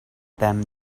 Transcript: them